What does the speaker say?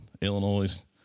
illinois